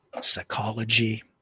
Psychology